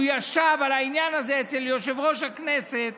הוא ישב על העניין הזה אצל יושב-ראש הכנסת